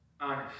honest